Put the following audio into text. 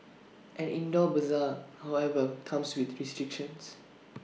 an indoor Bazaar however comes with restrictions